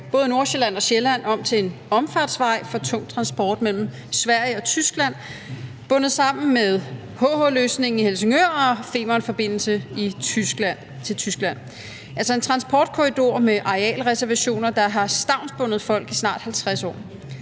både Nordsjælland og Sjælland om til en omfartsvej for tung transport mellem Sverige og Tyskland, bundet sammen med HH-løsningen i Helsingør og Femernforbindelsen til Tyskland. Det er altså en transportkorridor med arealreservationer, der har stavnsbundet folk i snart 50 år,